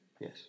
Yes